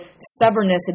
stubbornness